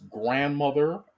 grandmother